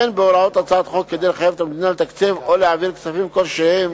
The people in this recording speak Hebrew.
אין בהוראות הצעת החוק כדי לחייב את המדינה לתקצב או להעביר כספים כלשהם